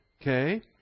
Okay